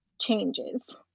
changes